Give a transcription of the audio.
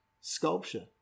sculpture